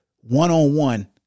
one-on-one